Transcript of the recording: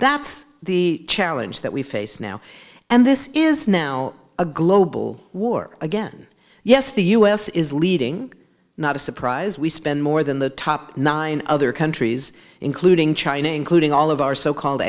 that's the challenge that we face now and this is now a global war again yes the u s is leading not a surprise we spend more than the top nine other countries including china including all of our so called